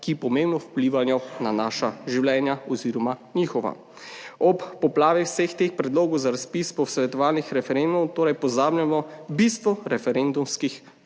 ki pomembno vplivajo na naša življenja oziroma njihova. Ob poplavi vseh teh predlogov za razpis posvetovalnih referendumov torej pozabljamo bistvo referendumskih